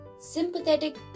sympathetic